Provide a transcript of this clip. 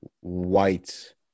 white